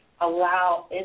allow